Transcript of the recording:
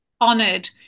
honored